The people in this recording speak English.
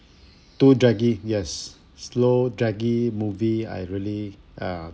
too draggy yes slow draggy movie I really uh